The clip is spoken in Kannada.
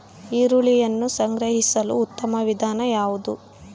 ಈರುಳ್ಳಿಯನ್ನು ಸಂಗ್ರಹಿಸಲು ಉತ್ತಮ ವಿಧಾನ ಯಾವುದು?